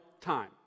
time